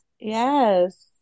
Yes